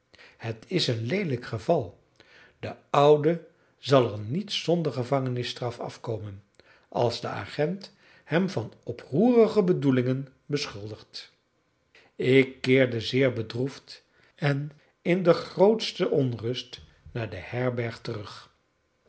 het is een leelijk geval de oude zal er niet zonder gevangenisstraf afkomen als de agent hem van oproerige bedoelingen beschuldigt ik keerde zeer bedroefd en in de grootste onrust naar de herberg terug